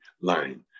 line